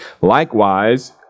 Likewise